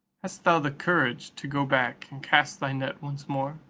hast thou the courage to go back and cast thy net once more?